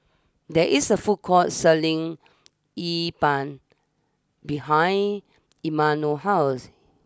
there is a food court selling Yi Ban behind Imanol's house